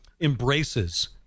embraces